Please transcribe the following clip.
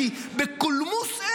כי בקולמוס,